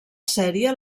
sèrie